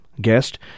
guest